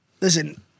listen